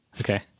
Okay